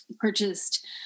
purchased